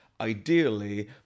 ideally